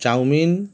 chowmein